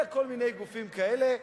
לכל מיני גופים כאלה,